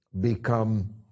become